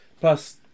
Plus